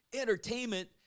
entertainment